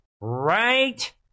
Right